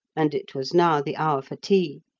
and it was now the hour for tea.